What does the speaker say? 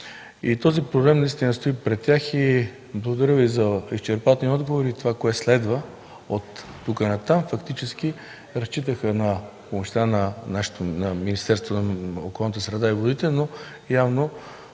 този проблем наистина стои пред тях. Благодаря Ви за изчерпателния отговор и за това кое следва оттук-натам. Фактически разчитаха а помощта на нашето Министерство на околната среда и водите, но явно